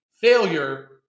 failure